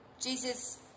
Jesus